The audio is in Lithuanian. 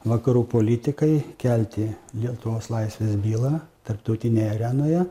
vakarų politikai kelti lietuvos laisvės bylą tarptautinėje arenoje